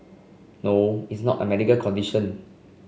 no it's not a medical condition